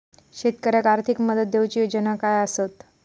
शेतकऱ्याक आर्थिक मदत देऊची योजना काय आसत?